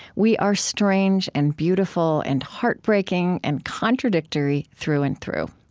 we are strange and beautiful and heartbreaking and contradictory, through and through.